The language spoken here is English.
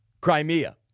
Crimea